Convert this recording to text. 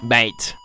Mate